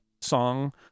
song